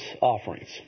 offerings